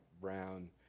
brown